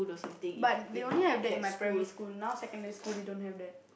but they only have that in my primary school now secondary school they don't have that